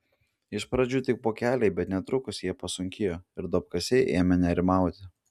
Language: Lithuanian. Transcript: iš pradžių tik pūkeliai bet netrukus jie pasunkėjo ir duobkasiai ėmė nerimauti